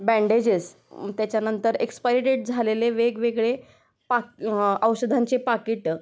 bandages त्याच्यानंतर expiry date झालेले वेगवेगळे पाक औषधांचे पाकीटं